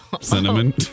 Cinnamon